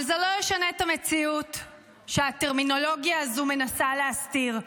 אבל זה לא ישנה את המציאות שאותה הטרמינולוגיה מנסה להסתיר.